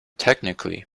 technically